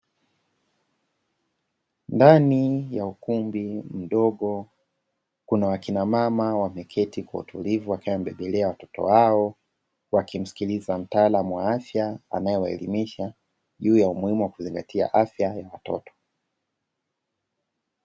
Ndani ya ukumbi mdogo kuna wakina mama wameketi kwa utulivu wakiwa wamebeba watoto wao wakimsikiliza mtaalamu wa afya anae waelimisha juu ya umuhimu wa kuzingatia afya kwa na watoto.